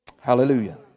Hallelujah